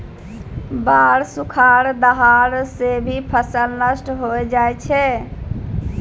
बाढ़, सुखाड़, दहाड़ सें भी फसल नष्ट होय जाय छै